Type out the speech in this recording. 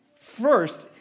First